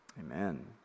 Amen